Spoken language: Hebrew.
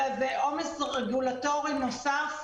אלא שזה עומס רגולטורי נוסף,